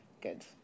good